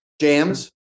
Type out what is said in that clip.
Jams